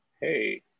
Hey